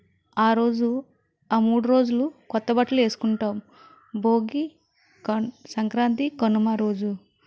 ఆరోజు ఆ మూడు రోజులు కొత్త బట్టలు వేసుకుంటాము భోగి క సంక్రాంతి కనుమ రోజు